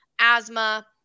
Asthma